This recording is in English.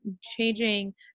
changing